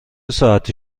ساعتی